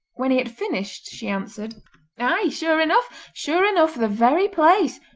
when he had finished she answered aye, sure enough sure enough the very place!